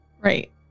Right